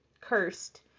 Cursed